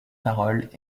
paroles